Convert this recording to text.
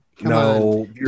no